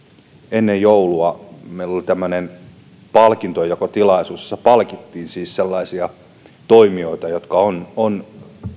ennen joulua meillä oli tämmöinen palkintojenjakotilaisuus jossa siis palkittiin sellaisia toimijoita jotka ovat